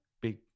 big